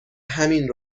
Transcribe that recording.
همین